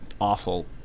Awful